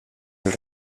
del